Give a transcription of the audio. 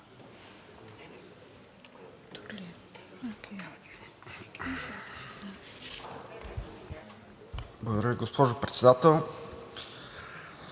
Благодаря, господин Председател.